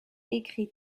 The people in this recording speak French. écrit